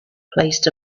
placed